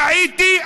טעיתי.